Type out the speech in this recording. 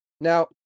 Now